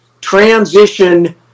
transition